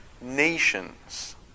nations